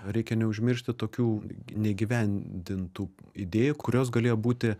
reikia neužmiršti tokių neįgyvendintų idėjų kurios galėjo būti